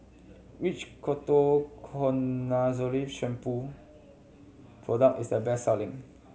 which Ketoconazole Shampoo product is the best selling